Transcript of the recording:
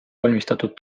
valmistatud